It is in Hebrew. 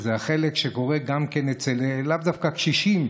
זה החלק שקורה לאו דווקא אצל קשישים,